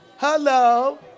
Hello